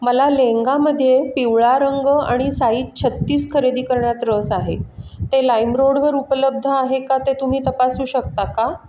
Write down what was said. मला लेंहगामध्ये पिवळा रंग आणि साईज छत्तीस खरेदी करण्यात रस आहे ते लाईमरोडवर उपलब्ध आहे का ते तुम्ही तपासू शकता का